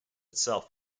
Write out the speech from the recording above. itself